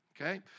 okay